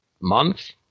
month